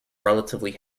relatively